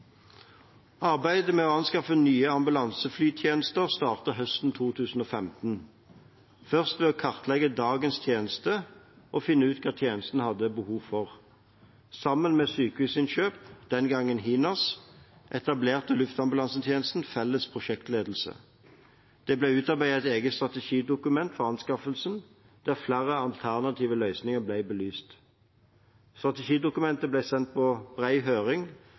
Arbeidet med å anskaffe nye ambulanseflytjenester startet høsten 2015, først ved å kartlegge dagens tjeneste og finne ut hva tjenesten hadde behov for. Sammen med Sykehusinnkjøp – den gang HINAS – etablerte Luftambulansetjenesten en felles prosjektledelse. Det ble utarbeidet et eget strategidokument for anskaffelsen der flere alternative løsninger ble belyst. Strategidokumentet ble så sendt på bred høring